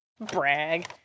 Brag